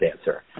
answer